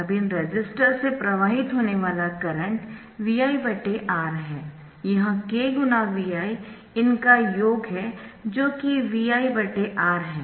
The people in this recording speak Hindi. अब इन रेसिस्टर्स से प्रवाहित होने वाला करंट ViR है यह k Viइनका योग है जो कि ViR है